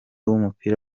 w’umupira